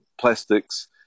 plastics